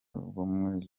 bumwe